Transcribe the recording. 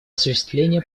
осуществления